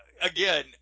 again